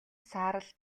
саарал